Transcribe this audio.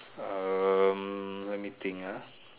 um let me think ah